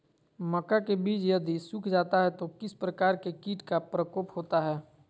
मक्का के बिज यदि सुख जाता है तो किस प्रकार के कीट का प्रकोप होता है?